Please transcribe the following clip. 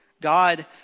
God